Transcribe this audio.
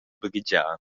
baghegiar